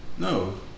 No